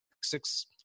six